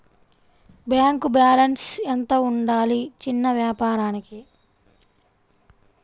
Bank balance ఎంత ఉండాలి చిన్న వ్యాపారానికి?